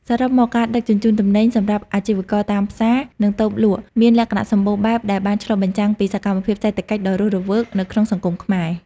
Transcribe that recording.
សរុបមក ការដឹកជញ្ជូនទំនិញសម្រាប់អាជីវករតាមផ្សារ និងតូបលក់មានលក្ខណៈសម្បូរបែបដែលបានឆ្លុះបញ្ចាំងពីសកម្មភាពសេដ្ឋកិច្ចដ៏រស់រវើកនៅក្នុងសង្គមខ្មែរ។